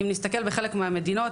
אם נסתכל בחלק מהמדינות,